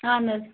اہن حظ